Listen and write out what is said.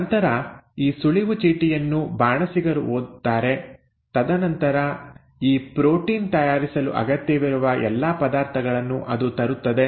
ನಂತರ ಈ ಸುಳಿವು ಚೀಟಿಯನ್ನು ಬಾಣಸಿಗರು ಓದುತ್ತಾರೆ ತದನಂತರ ಈ ಪ್ರೋಟೀನ್ ತಯಾರಿಸಲು ಅಗತ್ಯವಿರುವ ಎಲ್ಲಾ ಪದಾರ್ಥಗಳನ್ನು ಅದು ತರುತ್ತದೆ